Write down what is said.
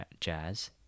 Jazz